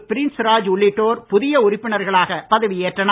Prince Raj உள்ளிட்டோர் புதிய உறுப்பினர்களாக பதவியேற்றனர்